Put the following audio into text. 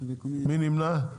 מי נמנע?